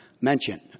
mention